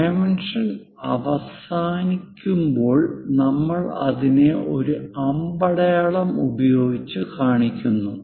dimension അവസാനിക്കുമ്പോൾ നമ്മൾ അതിനെ ഒരു അമ്പടയാളം ഉപയോഗിച്ച് കാണിക്കുന്നു